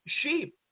sheep